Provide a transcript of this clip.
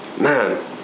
Man